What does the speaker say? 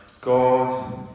God